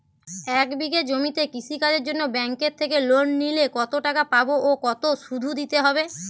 এক বিঘে জমিতে কৃষি কাজের জন্য ব্যাঙ্কের থেকে লোন নিলে কত টাকা পাবো ও কত শুধু দিতে হবে?